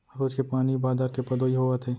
रोज के पानी बादर के पदोई होवत हे